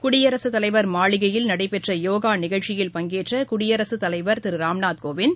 குடியரசுத் தலைவா் மாளிகையில் நடைபெற்றயோகாநிகழ்ச்சியில் பங்கேற்றகுடியரசுத் தலைவா் திருராம்நாத் கோவிந்த்